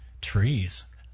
Trees